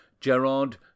Gerard